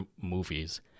movies